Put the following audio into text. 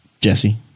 Jesse